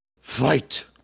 fight